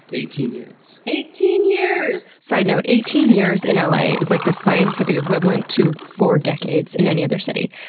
eighteen years. eighteen years! side note, eighteen years in l a. is like the scientific equivalent to four decades in any other city.